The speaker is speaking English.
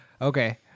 Okay